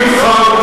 חברים,